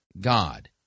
God